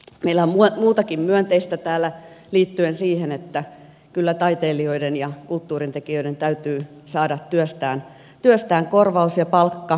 meillä on muutakin myönteistä täällä liittyen siihen että kyllä taiteilijoiden ja kulttuurin tekijöiden täytyy saada työstään korvaus ja palkka